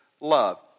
Love